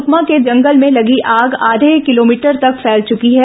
सुकमा के जंगल में लगी आग आधे किलोमीटर तक फैल चुकी है